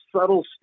subtle